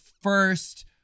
first